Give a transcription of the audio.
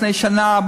לפני שנה,